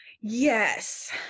Yes